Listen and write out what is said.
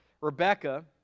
Rebecca